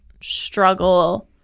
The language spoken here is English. struggle